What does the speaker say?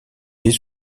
des